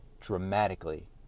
dramatically